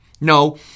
No